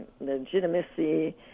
legitimacy